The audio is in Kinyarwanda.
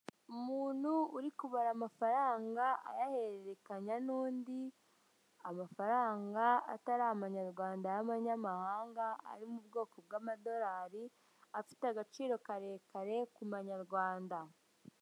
Umuntu uri kubara amafaranga ayahererekanya n'undi amafaranga atari amanyarwanda y'amanyamahanga ari mu bwoko bw'amadolari afite agaciro karekare kumanyarwanda .